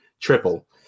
triple